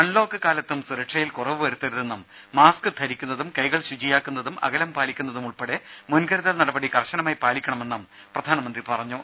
unlock കാലത്തും സുരക്ഷയിൽ കുറവു വരുത്തരുതെന്നും മാസ്ക് ധരിക്കുന്നതും കൈകൾ ശുചിയാക്കുന്നതും അകലം പാലിക്കുന്നതും ഉൾപ്പെടെ മുൻകരുതൽ നടപടികൾ കർശനമായി പാലിക്കണമെന്ന് പ്രധാനമന്ത്രി പറഞ്ഞു